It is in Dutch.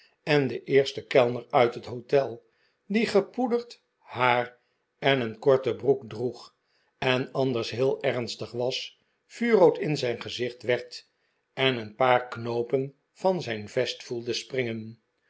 en de eerste kellner uit het hotel die gepoederd haar en een korte broek droeg en anders heel ernstig was vuurrood in zijn gezicht werd en een paar knoopen van zijn vest voelde springen